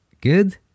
Good